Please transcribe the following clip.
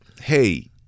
hey